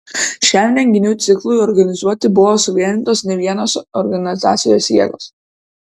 šiam renginių ciklui organizuoti buvo suvienytos nevienos organizacijos jėgos